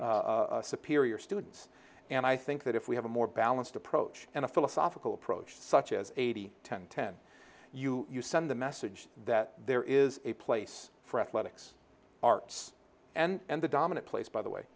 superior students and i think that if we have a more balanced approach and a philosophical approach such as eighty ten ten you send the message that there is a place for athletics arts and the dominant place by the way